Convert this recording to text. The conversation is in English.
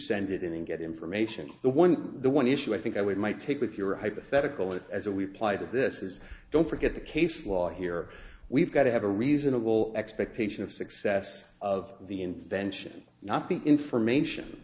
send it in and get information the one the one issue i think i would might take with your hypothetical it as a we apply that this is don't forget the case law here we've got to have a reasonable expectation of success of the invention not the information